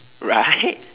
right